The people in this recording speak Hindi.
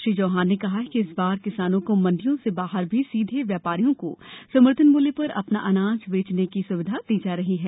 श्री चौहान ने कहा कि इस बार किसानों को मंडियों से बाहर भी सीधे व्यापारियों को समर्थन मूल्य पर अपना अनाज बेचने की सुविधा दी जा रही है